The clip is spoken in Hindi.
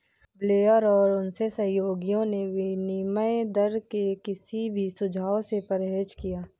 ब्लेयर और उनके सहयोगियों ने विनिमय दर के किसी भी सुझाव से परहेज किया